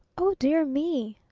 oh, dear me!